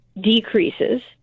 decreases